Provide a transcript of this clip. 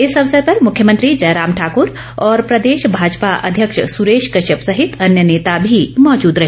इस अवसर पर मुख्यमंत्री जयराम ठाकुर और प्रदेश भापजा अध्यक्ष सुरेश कश्यप सहित अन्य नेता भी मौजूद रहे